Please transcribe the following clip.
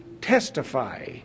testify